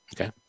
okay